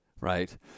Right